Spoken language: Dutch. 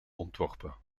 ontworpen